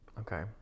Okay